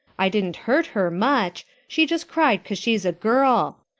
i didn't hurt her much. she just cried cause she's a girl.